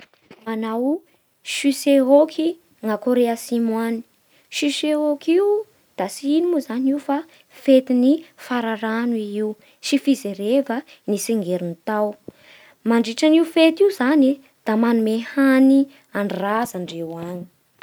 Manao chuseok gny a Korea Atsimo agny. Chuseok io da tsy ino moa zany io fa fetin'ny fararano i io sy fijereva ny tsingerin-tao. Mandritra an'io fety io zany e da manome hany an'ny raza indreo agny.